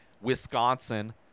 Wisconsin